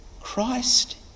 Christ